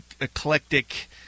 eclectic